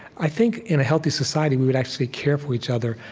i think, in a healthy society, we would actually care for each other,